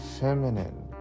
feminine